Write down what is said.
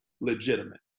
legitimate